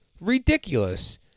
Ridiculous